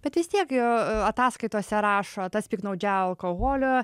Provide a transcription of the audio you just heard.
bet vis tiek jo ataskaitose rašo tas piktnaudžiavo alkoholiu